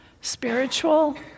spiritual